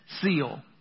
seal